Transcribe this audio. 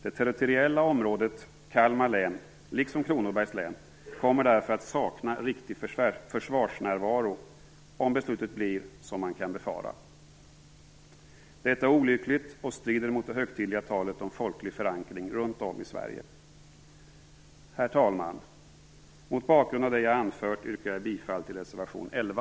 Det territoriella området Kalmar län kommer därför, liksom Kronobergs län, att sakna riktig försvarsnärvaro, om beslutet blir som man kan befara. Detta är olyckligt och strider mot det högtidliga talet om folklig förankring runt om i Sverige. Herr talman! Mot bakgrund av det jag har anfört yrkar jag bifall till reservation 11.